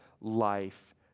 life